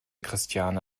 christiane